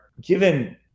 given